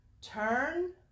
Turn